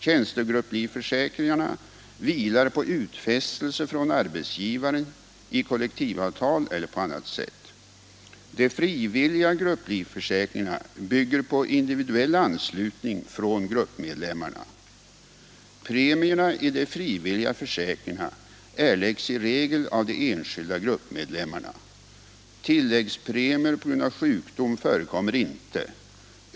Tjänstegrupplivförsäkringarna vilar på utfästelse från arbetsgivaren i kollektivavtal eller på annat sätt. De frivilliga grupplivförsäkringarna bygger på individuell anslutning från gruppmedlemmarna. Premierna i de frivilliga försäkringarna erläggs i regel av de enskilda gruppmedlemmarna. Tilläggspremier på grund av sjukdom förekommer inte.